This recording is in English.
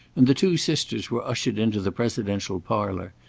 and the two sisters were ushered into the presidential parlour,